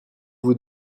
vous